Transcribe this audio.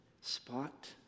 spot